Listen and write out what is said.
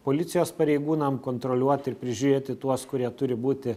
policijos pareigūnam kontroliuoti ir prižiūrėti tuos kurie turi būti